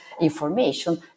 information